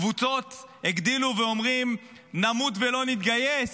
קבוצות הגדילו ואומרות: נמות ולא נתגייס.